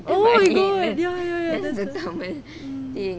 oh my god ya ya mm